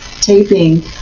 taping